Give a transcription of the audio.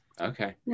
okay